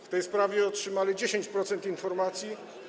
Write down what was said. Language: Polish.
W tej sprawie otrzymali 10% informacji.